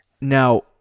Now –